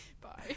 Bye